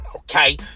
Okay